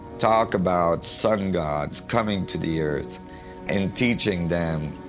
talk about sun gods coming to the earth and teaching them